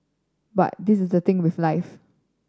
but this is the thing with life